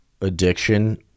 addiction